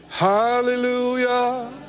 Hallelujah